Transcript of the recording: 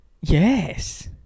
Yes